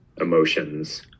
emotions